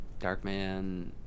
Darkman